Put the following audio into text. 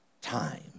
time